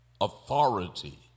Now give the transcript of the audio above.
authority